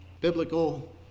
biblical